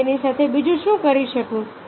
હું તેની સાથે બીજું શું કરી શકું